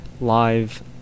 live